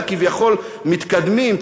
אלה הכביכול מתקדמים,